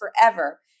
forever